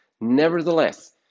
nevertheless